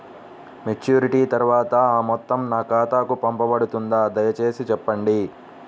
Maturity తర్వాత ఆ మొత్తం నా ఖాతాకు పంపబడుతుందా? దయచేసి చెప్పండి?